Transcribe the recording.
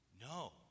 No